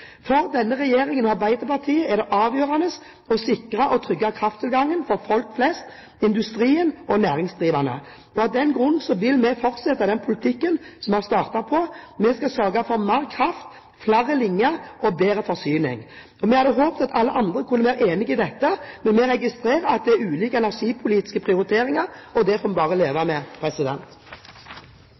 For denne regjeringen og Arbeiderpartiet er det avgjørende å sikre og trygge krafttilgangen for folk flest, industrien og næringsdrivende. Av den grunn vil vi fortsette den politikken som vi har startet på. Vi skal sørge for mer kraft, flere linjer og bedre forsyning. Vi hadde håpet at alle andre kunne være enige i dette, men vi registrerer at det er ulike energipolitiske prioriteringer, og det får vi bare leve med.